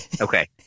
Okay